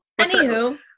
Anywho